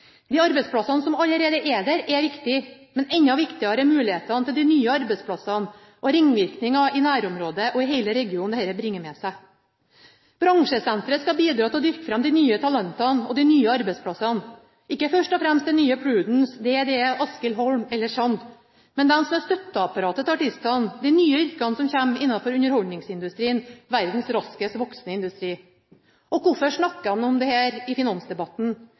De arbeidsplassene som allerede er der, er viktige, men enda viktigere er mulighetene for de nye arbeidsplassene og ringvirkningene i nærområdet og i hele regionen dette bringer med seg. Bransjesenteret skal bidra til å dyrke fram de nye talentene og de nye arbeidsplassene – ikke først og fremst det nye Prudence, DDE, Askil Holm eller Chand, men de som er støtteapparatet til artistene, og de nye yrkene som kommer innenfor underholdningsindustrien, verdens raskest voksende industri. Hvorfor snakker jeg om dette i finansdebatten?